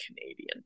Canadian